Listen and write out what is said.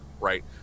right